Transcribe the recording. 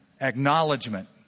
acknowledgement